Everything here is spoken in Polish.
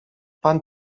pan